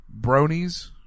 Bronies